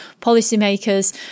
policymakers